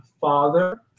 father